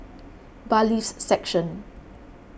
Bailiffs' Section